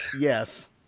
Yes